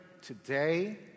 today